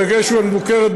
הדגש הוא על "מבוקרת",